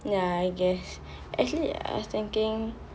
ya I guess actually I was thinking